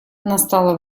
настало